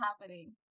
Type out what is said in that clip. happening